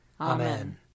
Amen